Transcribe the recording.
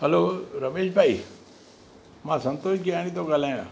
hello Ramesh भाई मां संतोष गेहाणी थो ॻाल्हायां